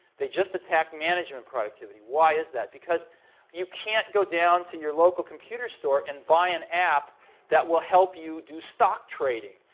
they just attacked management productivity. why is that? because you can't go down to your local computer store and buy an app that will help you do stock trading,